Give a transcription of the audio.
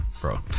bro